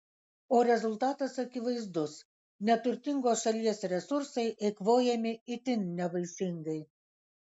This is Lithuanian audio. o rezultatas akivaizdus neturtingos šalies resursai eikvojami itin nevaisingai